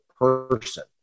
person